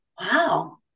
wow